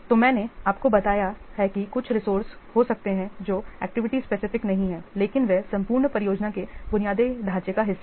तो मैंने आपको बताया है कि कुछ रिसोर्स हो सकते हैं जो एक्टिविटी स्पेसिफिक नहीं हैं लेकिन वे संपूर्ण परियोजना के बुनियादी ढांचे का हिस्सा हैं